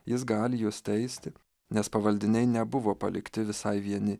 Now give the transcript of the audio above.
jis gali juos teisti nes pavaldiniai nebuvo palikti visai vieni